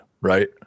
right